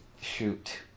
Shoot